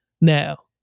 Now